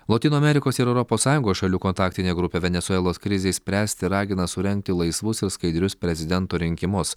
lotynų amerikos ir europos sąjungos šalių kontaktinė grupė venesuelos krizei spręsti ragina surengti laisvus ir skaidrius prezidento rinkimus